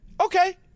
Okay